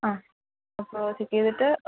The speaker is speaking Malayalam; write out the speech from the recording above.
ആ അപ്പോൾ ചെക്ക് ചെയ്തിട്ട്